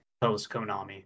post-Konami